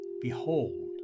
behold